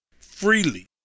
freely